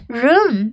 room